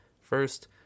First